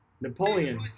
Napoleon